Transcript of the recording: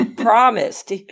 promised